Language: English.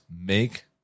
make